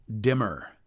dimmer